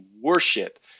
worship